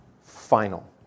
final